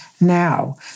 now